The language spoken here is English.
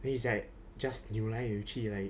then it's like just 扭来扭去 leh